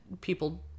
people